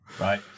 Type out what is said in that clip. Right